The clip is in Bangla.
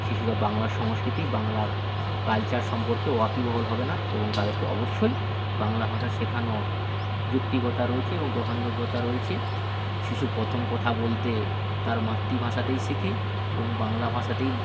শিশুরা বাংলার সংস্কৃতি বাংলার কালচার সম্পর্কে ওয়াকিবহাল হবে না এবং তাদেরকে অবশ্যই বাংলা ভাষা শেখানোর যৌক্তিকতা রয়েছে এবং গ্রহণযোগ্যতা রয়েছে শিশু প্রথম কথা বলতে তার মাতৃভাষাতেই শেখে এবং বাংলা ভাষাতেই